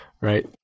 right